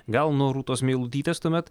gal nuo rūtos meilutytės tuomet